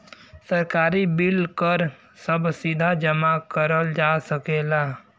सरकारी बिल कर सभ सीधा जमा करल जा सकेला